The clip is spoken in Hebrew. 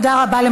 תודה רבה.